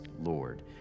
Lord